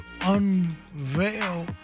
unveil